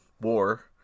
war